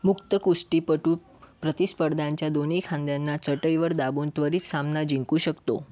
मुक्त कुस्तीपटू प्रतिस्पर्धांच्या दोन्ही खांद्यांना चटईवर दाबून त्वरित सामना जिंकू शकतो